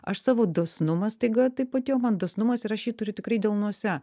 aš savo dosnumą staiga taip atėjo man dosnumas ir aš jį turiu tikrai delnuose